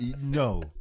No